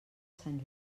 sant